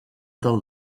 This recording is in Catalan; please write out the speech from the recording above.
del